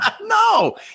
No